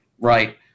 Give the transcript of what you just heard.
right